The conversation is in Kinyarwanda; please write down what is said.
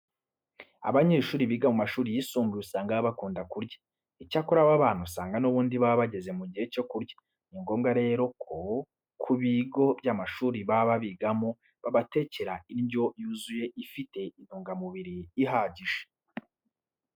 Abanyeshuri biga mu mashuri yisumbuye usanga baba bakunda kurya. Icyakora aba bana usanga n'ubundi baba bageze mu gihe cyo kurya. Ni ngombwa rero ko ku bigo by'amashuri baba bigamo babatekera indyo yuzuye ifite intungamubiri ihagije.